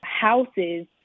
houses